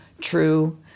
true